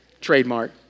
Trademark